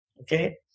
okay